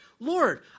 Lord